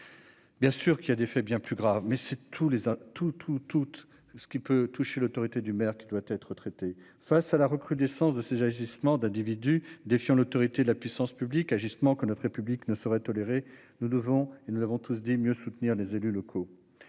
Bien sûr qu'il y a des faits bien plus graves mais c'est tous les tout tout toutes ce qui peut toucher l'autorité du maire qui doit être traitée, face à la recrudescence de ces agissements d'individus défiant l'autorité de la puissance publique agissements que notre République ne saurait tolérer, nous devons et nous l'avons tous dit mieux soutenir les élus locaux,